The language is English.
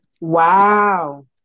Wow